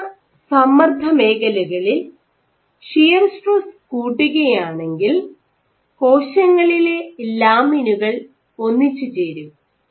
ഉയർന്ന സമ്മർദ്ദ മേഖലകളിൽ ഷിയർ സ്ട്രെസ് കൂട്ടുകയാണെങ്കിൽ കോശങ്ങളിലെ ലാമിനുകൾ ഒന്നിച്ചുചേരും